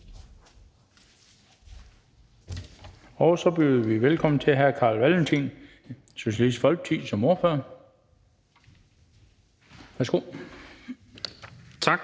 Så byder vi velkommen til hr. Carl Valentin, Socialistisk Folkeparti, som ordfører. Værsgo. Kl.